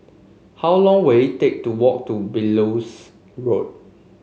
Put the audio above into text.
how long will it take to walk to Belilios Road